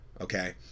okay